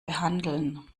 behandeln